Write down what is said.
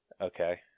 Okay